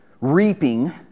reaping